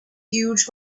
huge